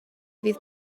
fydd